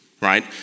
right